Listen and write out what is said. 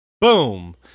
Boom